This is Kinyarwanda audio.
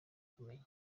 kumenya